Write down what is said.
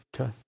Okay